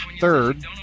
third